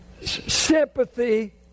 sympathy